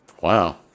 Wow